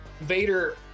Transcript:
Vader